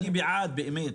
אני בעד באמת,